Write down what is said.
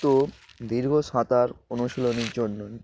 তো দীর্ঘ সাঁতার অনুশীলনের জন্যই